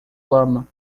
lama